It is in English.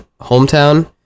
hometown